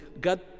God